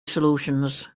solutions